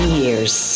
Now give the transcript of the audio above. years